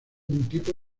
tipo